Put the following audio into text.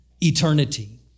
eternity